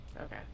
Okay